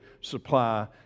supply